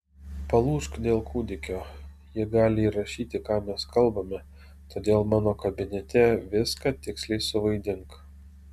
palūžk dėl kūdikio jie gali įrašyti ką mes kalbame todėl mano kabinete viską tiksliai suvaidink